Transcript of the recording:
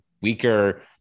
weaker